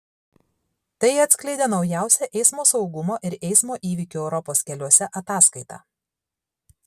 tai atskleidė naujausia eismo saugumo ir eismo įvykių europos keliuose ataskaita